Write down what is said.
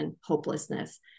hopelessness